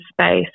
space